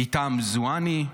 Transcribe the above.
הייתם זינאתי,